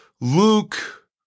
Luke